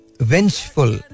Vengeful